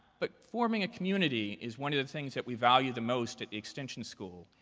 but forming a community is one of the things that we value the most at the extension school.